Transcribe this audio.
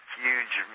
huge